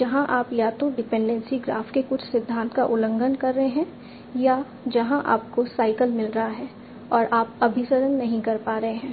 जहां आप या तो डिपेंडेंसी ग्राफ के कुछ सिद्धांत का उल्लंघन कर रहे हैं या जहां आपको साइकल मिल रहा है और आप अभिसरण नहीं कर पा रहे हैं